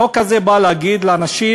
החוק הזה בא להגיד לאנשים: